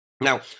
Now